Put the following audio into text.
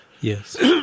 Yes